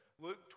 Luke